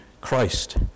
christ